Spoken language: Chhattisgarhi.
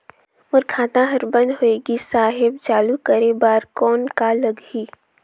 मोर खाता हर बंद होय गिस साहेब चालू करे बार कौन का लगही?